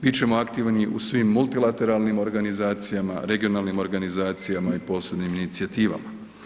Bit ćemo aktivni u svim multilateralnim organizacijama, regionalnim organizacijama i posebnim inicijativama.